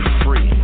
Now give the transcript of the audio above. free